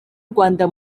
rwanda